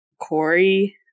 Corey